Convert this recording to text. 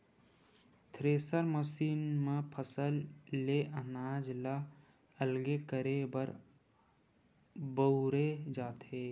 thresher machine म फसल ले अनाज ल अलगे करे बर बउरे जाथे